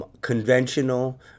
conventional